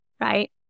right